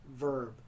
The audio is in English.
verb